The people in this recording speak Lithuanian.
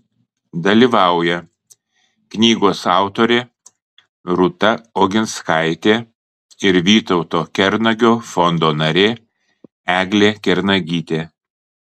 dalyvauja knygos autorė rūta oginskaitė ir vytauto kernagio fondo narė eglė kernagytė